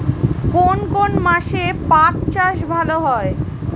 কোন কোন মাসে পাট চাষ ভালো হয়?